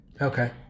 Okay